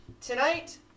tonight